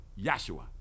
Yeshua